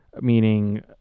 meaning